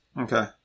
Okay